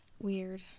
weird